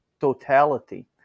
totality